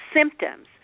symptoms